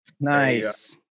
nice